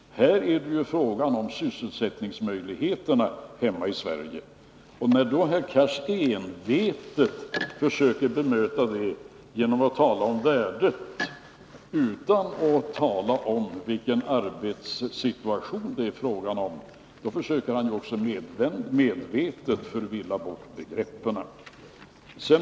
Här gäller det sysselsättningsmöjligheterna här hemma i Sverige. Och när då herr Cars envetet försöker göra ett bemötande genom att tala om värdet, utan att säga något om vilken arbetssituation det är fråga om, då försöker han också medvetet förvirra begreppen.